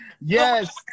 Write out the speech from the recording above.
Yes